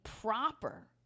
proper